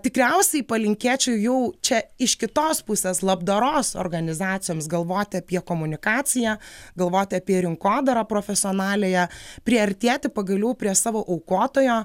tikriausiai palinkėčiau jau čia iš kitos pusės labdaros organizacijoms galvoti apie komunikaciją galvoti apie rinkodarą profesionaliąją priartėti pagaliau prie savo aukotojo